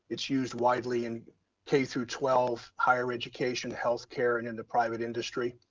it's used widely in k through twelve, higher education, healthcare, and in the private industry.